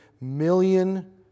million